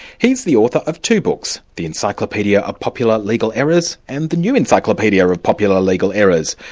he's the author of two books, the encyclopaedia of popular legal errors and the new encyclopaedia of popular legal errors.